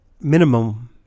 minimum